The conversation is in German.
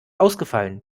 ausgefallen